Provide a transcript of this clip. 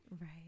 Right